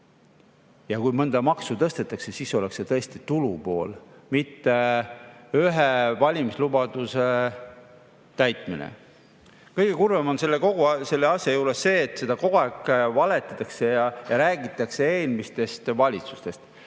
ja kui siis mõnda maksu tõstetakse, siis oleks see tõesti tulupool, mitte ühe valimislubaduse täitmine. Kõige kurvem on kogu selle asja juures see, et kogu aeg valetatakse ja räägitakse eelmistest valitsustest.